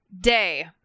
Day